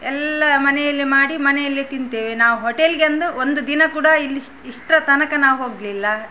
ಎಲ್ಲ ಮನೆಯಲ್ಲಿಯೇ ಮಾಡಿ ಮನೆಯಲ್ಲಿಯೇ ತಿಂತೇವೆ ನಾವು ಹೋಟೆಲ್ಗೆಂದು ಒಂದು ದಿನ ಕೂಡ ಇಲ್ಲಿ ಇಷ್ಟರ ತನಕ ನಾವು ಹೋಗಲಿಲ್ಲ